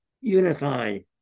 unified